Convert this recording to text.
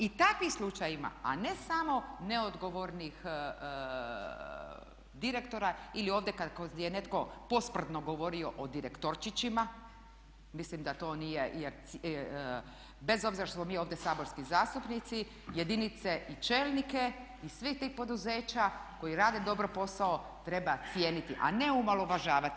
I o takvim slučajevima a ne samo neodgovornih direktora ili ovdje kada je netko posprdno govorio o direktorčićima, mislim da to nije, bez obzira što smo mi ovdje saborski zastupnici, jedinice i čelnike iz svih tih poduzeća koji rade dobro posao treba cijeniti a ne omalovažavati.